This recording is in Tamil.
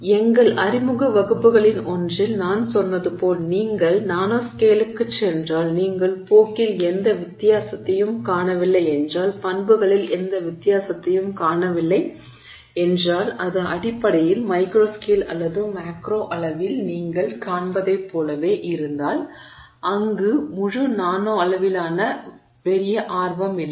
எங்கள் அறிமுக வகுப்புகளின் ஒன்றில் நான் சொன்னது போல் நீங்கள் நானோஸ்கேலுக்குச் சென்றால் நீங்கள் போக்கில் எந்த வித்தியாசத்தையும் காணவில்லை என்றால் பண்புகளில் எந்த வித்தியாசத்தையும் காணவில்லை என்றால் அது அடிப்படையில் மைக்ரோஸ்கேல் அல்லது மேக்ரோ அளவில் நீங்கள் காண்பதைப் போலவே இருந்தால் அங்கே முழு நானோ அளவிலான பெரிய ஆர்வம் இல்லை